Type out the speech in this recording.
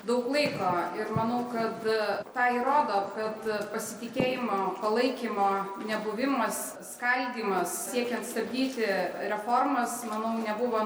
daug laiko ir manau kad tą įrodo kad pasitikėjimo palaikymo nebuvimas skaldymas siekiant stabdyti reformas manau nebuvo